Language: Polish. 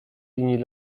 linii